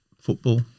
football